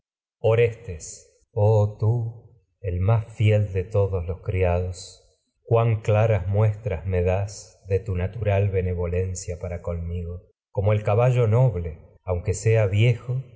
orestes oh tú el más fiel de todos los criados cuán claras muestras cia me das de tu natural benevolen para conmigo los como el caballo no noble aunque soa viejo